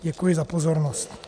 Děkuji za pozornost.